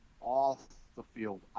off-the-field